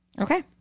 Okay